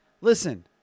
listen